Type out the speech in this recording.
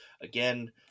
Again